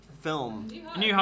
film